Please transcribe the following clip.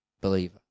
believer